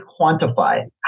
quantify